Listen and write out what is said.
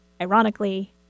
ironically